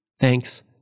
Thanks